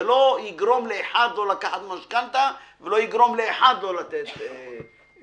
זה לא יגרום לאחד לא לקחת משכנתה ולא יגרום לאחד לא לתת משכנתה.